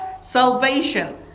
salvation